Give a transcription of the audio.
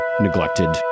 neglected